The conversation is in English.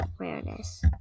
awareness